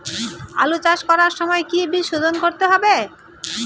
আলু চাষ করার সময় কি বীজ শোধন করতে হবে?